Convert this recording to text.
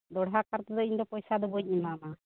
ᱫᱚᱲᱦᱟ ᱠᱟᱨ ᱛᱮᱫᱚ ᱤᱧᱫᱚ ᱯᱚᱭᱥᱟ ᱫᱚ ᱵᱟ ᱧ ᱮᱢᱟᱢᱟ